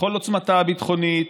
בכל עוצמתה הביטחונית,